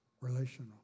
relational